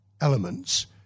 elements